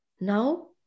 now